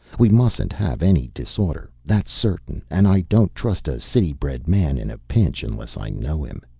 we mustn't have any disorder, that's certain, and i don't trust a city-bred man in a pinch unless i know him.